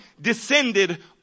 descended